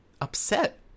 Upset